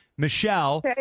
Michelle